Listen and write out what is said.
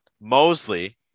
mosley